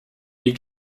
die